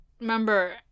remember